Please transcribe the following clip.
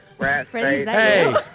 Hey